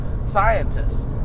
scientists